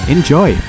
Enjoy